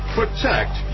protect